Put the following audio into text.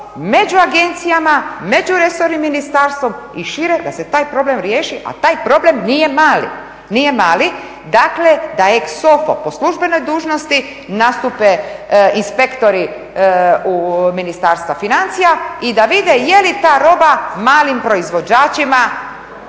među agencijama, među resornim ministarstvom i šire, da se taj problem riješi, a taj problem nije mali, dakle da ex offo, po službenoj dužnosti nastupe inspektori Ministarstva financija i da vide je li ta roba malim proizvođačima